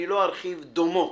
אני לא ארחיב, דומות,